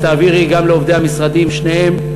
אז תעבירי גם לעובדי המשרדים שניהם,